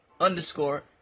underscore